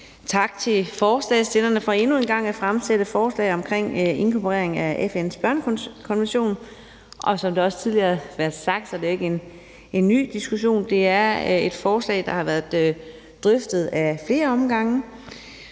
Tak til forslagsstillerne for endnu en gang at fremsætte forslag om inkorporering af FN's børnekonvention, og som det også tidligere har været sagt, er det ikke en ny diskussion. Det er et forslag, der har været drøftet ad flere omgange.